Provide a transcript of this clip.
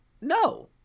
no